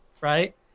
right